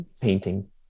painting